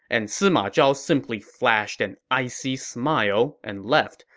and sima zhao simply flashed an icy smile and left,